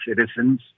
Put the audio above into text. citizens